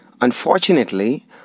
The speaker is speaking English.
Unfortunately